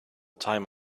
time